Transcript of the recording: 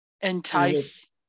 entice